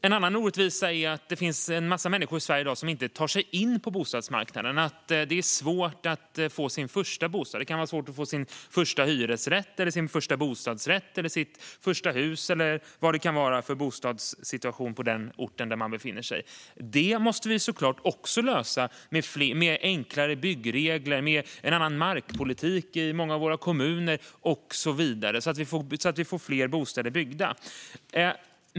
En annan orättvisa är att det finns en massa människor i Sverige i dag som inte tar sig in på bostadsmarknaden. Det är svårt att få sin första bostad. Det kan vara svårt att få sin första hyresrätt, sin första bostadsrätt eller sitt första hus - eller vad det nu kan vara för bostadssituation på den ort där man befinner sig. Detta måste vi såklart lösa med enklare byggregler, en annan markpolitik i många av våra kommuner och så vidare, så att vi får bostäder byggda.